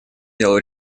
делу